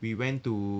we went to